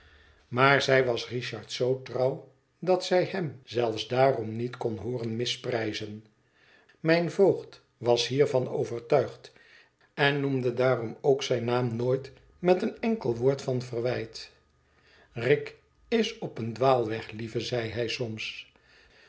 maar zij was richard zoo trouw dat zij hem zelfs daarom niet kon hooren misprijzen mjjn voogd was hiervan overtuigd en noemde daarom ook zijn naam nooit met een enkel woord van verwijt rick is op een dwaalweg lieve zeide hij soms